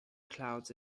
clouds